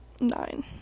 nine